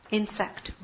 insect